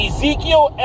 Ezekiel